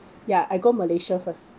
ya I go malaysia first